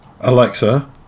Alexa